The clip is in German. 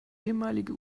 ehemalige